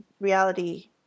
reality